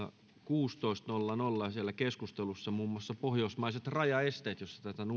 kuusitoista nolla nolla siellä on keskustelussa muun muassa pohjoismaiset rajaesteet ja siellä tätä nuuskakeskustelua varmaan voi